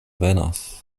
venos